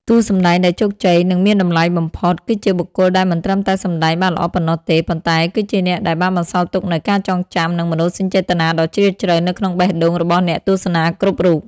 តួសម្ដែងដែលជោគជ័យ និងមានតម្លៃបំផុត គឺជាបុគ្គលដែលមិនត្រឹមតែសម្ដែងបានល្អប៉ុណ្ណោះទេ ប៉ុន្តែគឺជាអ្នកដែលបានបន្សល់ទុកនូវការចងចាំ និងមនោសញ្ចេតនាដ៏ជ្រាលជ្រៅនៅក្នុងបេះដូងរបស់អ្នកទស្សនាគ្រប់រូប។